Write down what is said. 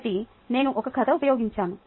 కాబట్టి నేను ఒక కథను ఉపయోగించాను